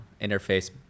interface